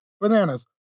Bananas